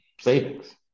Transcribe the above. savings